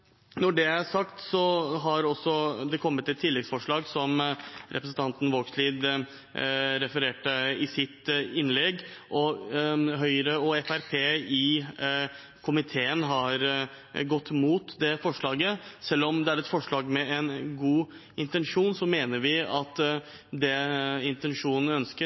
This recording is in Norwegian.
Når det er sagt, har det også kommet et tilleggsforslag, som representanten Vågslid refererte i sitt innlegg. Høyre og Fremskrittspartiet i komiteen har gått imot det forslaget. Selv om det er et forslag med en god intensjon, mener vi at intensjonen